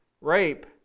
rape